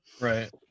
Right